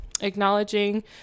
acknowledging